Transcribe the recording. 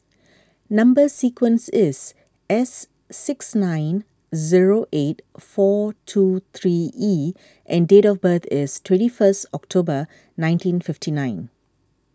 Number Sequence is S six nine zero eight four two three E and date of birth is twenty first October nineteen fifty nine